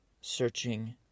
searching